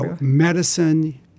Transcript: Medicine